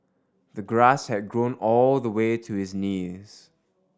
the grass had grown all the way to his knees